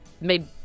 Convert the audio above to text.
made